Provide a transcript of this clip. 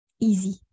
easy